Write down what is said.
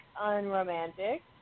Unromantic